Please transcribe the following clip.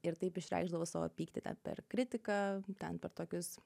ir taip išreikšdavau savo pyktį ten per kritiką ten per tokius